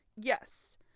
Yes